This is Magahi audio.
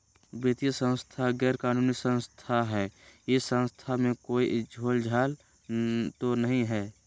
वित्तीय संस्था गैर कानूनी संस्था है इस संस्था में कोई झोलझाल तो नहीं है?